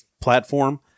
platform